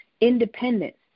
independence